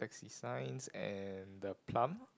signs and the plum